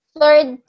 third